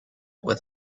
with